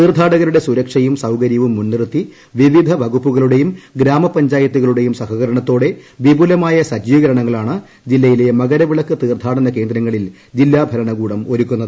തീർത്ഥാടകരുടെ ഒരുക്കങ്ങൾ സുരക്ഷയും സൌകര്യവും മുൻനിർത്തി വിവിധ വകുപ്പുകളുടെയും ഗ്രാമപഞ്ചായത്തുകളുടെയും സഹകരണത്തോടെ വിപുലമായ സജ്ജീകരണങ്ങളാണ് ജില്ലയിലെ മകരവിളക്ക് തീർത്ഥാടന കേന്ദ്രങ്ങളിൽ ജില്ലാ ഭരണകൂടം ഒരുക്കുന്നത്